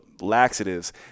laxatives